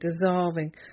dissolving